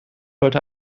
wollte